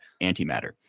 antimatter